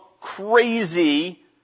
crazy